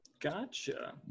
gotcha